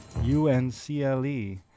U-N-C-L-E